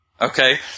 Okay